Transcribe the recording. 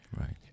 Right